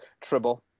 Tribble